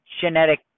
genetic